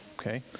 okay